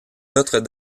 notre